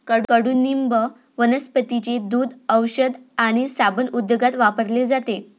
कडुनिंब वनस्पतींचे दूध, औषध आणि साबण उद्योगात वापरले जाते